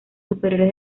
superiores